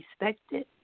respected